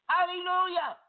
Hallelujah